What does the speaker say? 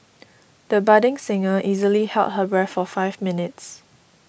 the budding singer easily held her breath for five minutes